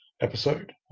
episode